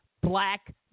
black